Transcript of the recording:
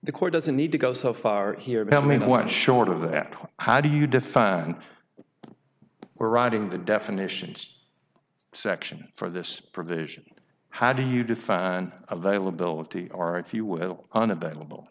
the court doesn't need to go so far here to tell me what short of that how do you define or riding the definitions section for this provision how do you define availability or if you will unavailable